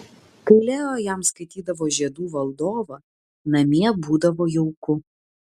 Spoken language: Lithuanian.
kai leo jam skaitydavo žiedų valdovą namie būdavo jauku